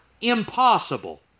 Impossible